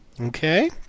okay